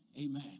Amen